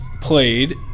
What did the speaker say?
played